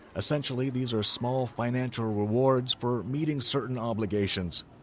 essentially, these are small financial rewards for meeting certain obligations,